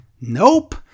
Nope